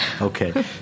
Okay